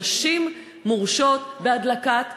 נשים מורשות בהדלקת הנר.